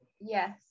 yes